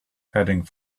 heading